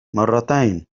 مرتين